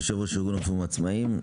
יושב-ראש ארגון הרופאים העצמאיים,